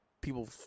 people